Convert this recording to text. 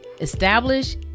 establish